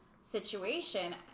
situation